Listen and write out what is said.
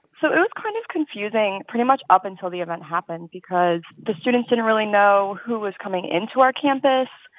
so it was kind of confusing pretty much up until the event happened because the students didn't really know who was coming into our campus.